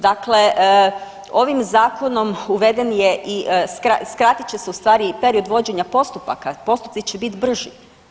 Dakle ovim zakonom uveden je, skratit će se u stvari i period vođenja postupaka, postupci će biti brži.